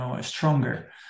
stronger